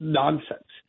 nonsense